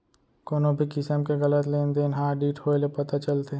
कोनो भी किसम के गलत लेन देन ह आडिट होए ले पता चलथे